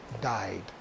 died